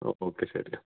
ആ ഓക്കെ ശരി